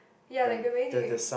ya like the way they